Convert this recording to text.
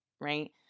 right